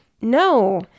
No